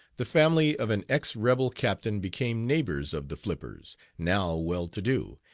the family of an ex-rebel captain became neighbors of the flippers, now well to do,